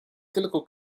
tylko